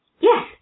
Yes